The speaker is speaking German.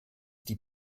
die